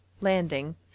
landing